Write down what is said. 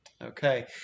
Okay